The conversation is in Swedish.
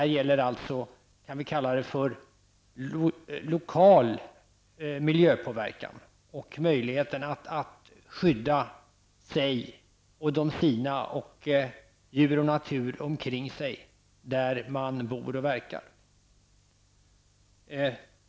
Det gäller alltså vad vi kan kalla lokal miljöpåverkan, möjligheten att skydda sig och de sina, djur och natur där man bor och verkar.